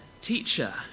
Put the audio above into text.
teacher